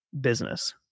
business